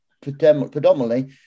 predominantly